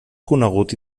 conegut